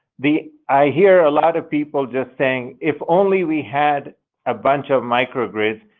the i hear a lot of people just saying, if only we had a bunch of micro-grids,